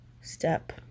step